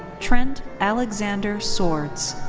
trent alexander swords.